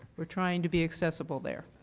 are trying to be accessible there.